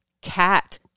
Cat